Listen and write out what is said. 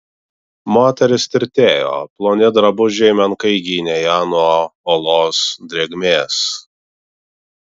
moteris tirtėjo ploni drabužiai menkai gynė ją nuo olos drėgmės